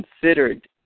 considered